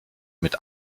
mit